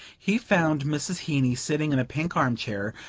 he found mrs. heeny sitting in a pink arm-chair,